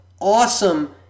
awesome